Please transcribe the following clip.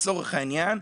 לצורך העניין,